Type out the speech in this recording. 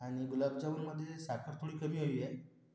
आणि गुलाबजामुनमध्ये साखर थोडी कमी हवी आहे